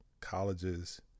colleges